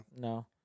No